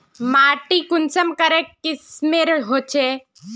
माटी कुंसम करे किस्मेर होचए?